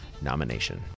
nomination